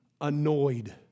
annoyed